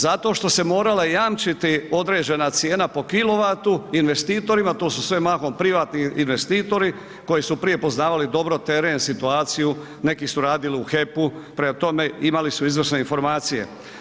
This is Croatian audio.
Zato što se morala jamčiti određena cijena po kilovatu investitorima, to su sve mahom privatni investitori koji su prije poznavali dobro teren, situaciju, neki su radili u HEP-u, prema tome imali su izvrsne informacije.